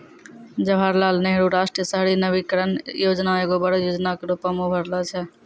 जवाहरलाल नेहरू राष्ट्रीय शहरी नवीकरण योजना एगो बड़ो योजना के रुपो मे उभरलो छै